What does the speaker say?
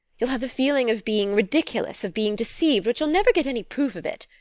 you'll have the feeling of being ridiculous, of being deceived, but you'll never get any proof of it.